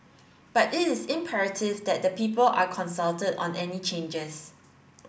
but it is imperative that the people are consulted on any changes